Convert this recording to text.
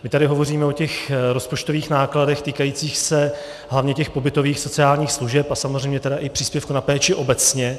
My tady hovoříme o těch rozpočtových nákladech týkajících se hlavně pobytových sociálních služeb a samozřejmě i příspěvku na péči obecně.